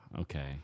Okay